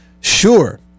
Sure